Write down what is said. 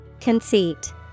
Conceit